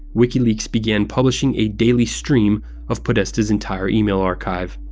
wikileaks began publishing a daily stream of podesta's entire email archive.